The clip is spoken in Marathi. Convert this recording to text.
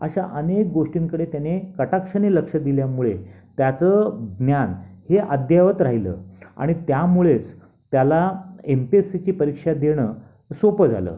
अशा अनेक गोष्टींकडे त्याने कटाक्षाने लक्ष दिल्यामुळे त्याचं ज्ञान हे अद्ययावत राहिलं आणि त्यामुळेच त्याला एम पी एस सीची परीक्षा देणं सोपं झालं